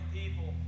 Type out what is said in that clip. people